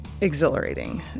exhilarating